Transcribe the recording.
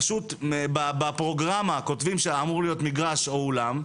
פשוט בפרוגרמה כותבים שאמור להיות מגרש או אולם,